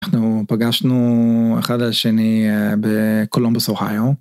אנחנו פגשנו אחד על שני בקולומבוס אוהיו.